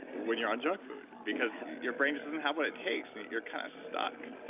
when you're on junk food because your brain just doesn't have what it takes. and you're kind of stuck.